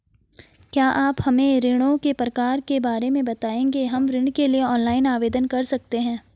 क्या आप हमें ऋणों के प्रकार के बारे में बताएँगे हम ऋण के लिए ऑनलाइन आवेदन कर सकते हैं?